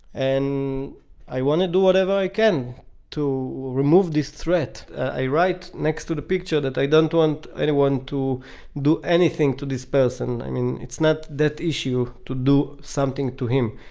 and i want to do whatever i can to remove this threat. i write next to the picture that i don't want anyone to do anything to this person. i mean, it's not that issue, to do something to him,